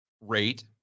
rate